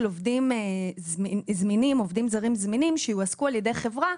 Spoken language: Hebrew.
עובדים זרים זמינים שיועסקו על ידי חברה,